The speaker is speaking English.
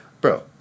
bro